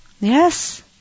Yes